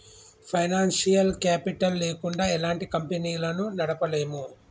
financial capital లేకుండా ఎలాంటి కంపెనీలను నడపలేము